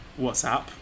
WhatsApp